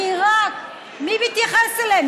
מעיראק, מי מתייחס אליהם?